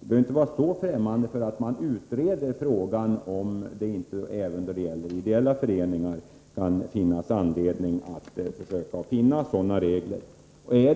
Vi behöver inte vara så fftämmande för att utreda frågan om att det även beträffande ideella föreningar kan finnas anledning att försöka finna en lagreglering. Om det